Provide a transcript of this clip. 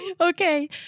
Okay